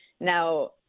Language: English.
Now